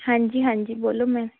ਹਾਂਜੀ ਹਾਂਜੀ ਬੋਲੋ ਮੈਂ